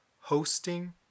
hosting